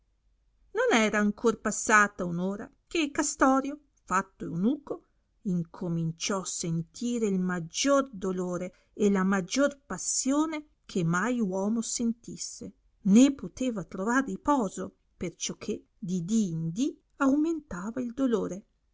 non era ancor passata un ora che castorio fatto eunuco incominciò sentire il maggior dolore e la maggior passione che mai uomo sentisse né poteva trovar riposo perciò che di di in dì aumentava il dolore